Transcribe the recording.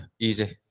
Easy